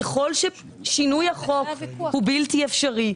ככל ששינוי החוק הוא בלתי אפשרי,